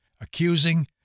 accusing